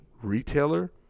retailer